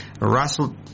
Russell